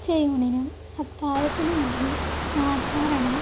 ഉച്ചയൂണിനും അത്താഴത്തിനുമായി സാധാരണ